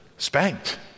Spanked